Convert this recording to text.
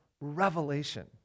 revelation